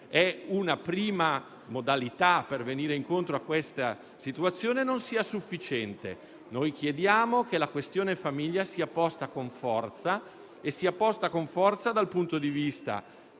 è una prima modalità per venire incontro a questa situazione, non sia sufficiente. Noi chiediamo che la questione famiglia sia posta con forza dal punto di vista